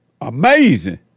Amazing